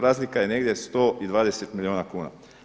Razlika je negdje 120 milijuna kuna.